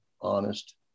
honest